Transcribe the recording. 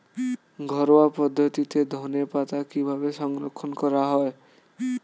ঘরোয়া পদ্ধতিতে ধনেপাতা কিভাবে সংরক্ষণ করা হয়?